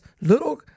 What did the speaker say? little